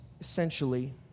essentially